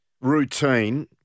routine